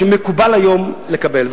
שמקובל היום לקבל.